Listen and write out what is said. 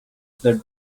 the